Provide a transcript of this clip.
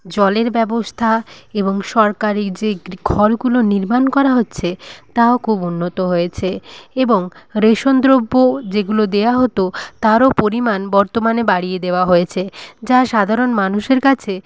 জলের ব্যবস্থা এবং সরকারি যে ঘরগুলো নির্মাণ করা হচ্ছে তাও খুব উন্নত হয়েছে এবং রেশন দ্রব্য যেগুলো দেওয়া হতো তারও পরিমাণ বর্তমানে বাড়িয়ে দেওয়া হয়েছে যা সাধারণ মানুষের কাছে